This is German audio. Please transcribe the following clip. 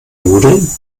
nudeln